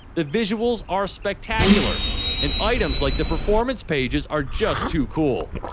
the visuals are spectacular and items like the performance pages are just too cool.